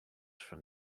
from